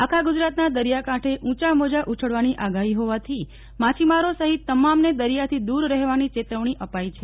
આખા ગુજરાતના દરિયાકાંઠે ઉંચા મોજા ઉછળવાની આગાહી હોવાથી માછીમારો સહિત તમામને દરિયાથી દૂર રહેવાની ચેતવણી અપાઇ છે